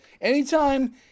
Anytime